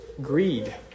greed